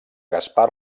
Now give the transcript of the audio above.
gaspar